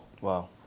Wow